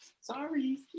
Sorry